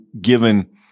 given